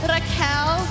Raquel